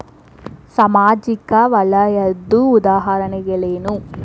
ಸಾಮಾಜಿಕ ವಲಯದ್ದು ಉದಾಹರಣೆಗಳೇನು?